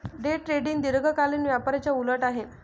day trading दीर्घकालीन व्यापाराच्या उलट आहे